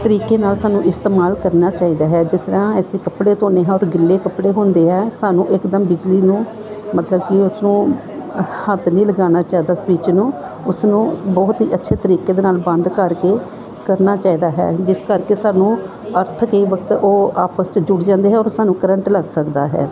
ਤਰੀਕੇ ਨਾਲ ਸਾਨੂੰ ਇਸਤੇਮਾਲ ਕਰਨਾ ਚਾਹੀਦਾ ਹੈ ਜਿਸ ਤਰ੍ਹਾਂ ਅਸੀਂ ਕੱਪੜੇ ਧੋਂਦੇ ਹਾਂ ਔਰ ਗਿੱਲੇ ਕੱਪੜੇ ਹੁੰਦੇ ਆ ਸਾਨੂੰ ਇਕਦਮ ਬਿਜਲੀ ਨੂੰ ਮਤਲਬ ਕਿ ਉਸਨੂੰ ਹੱਥ ਨਹੀਂ ਲਗਾਉਣਾ ਚਾਹੀਦਾ ਸਵਿੱਚ ਨੂੰ ਉਸਨੂੰ ਬਹੁਤ ਹੀ ਅੱਛੇ ਤਰੀਕੇ ਦੇ ਨਾਲ ਬੰਦ ਕਰਕੇ ਕਰਨਾ ਚਾਹੀਦਾ ਹੈ ਜਿਸ ਕਰਕੇ ਸਾਨੂੰ ਅਰਥ ਕਈ ਵਕਤ ਉਹ ਆਪਸ 'ਚ ਜੁੜ ਜਾਂਦੇ ਔਰ ਸਾਨੂੰ ਕਰੰਟ ਲੱਗ ਸਕਦਾ ਹੈ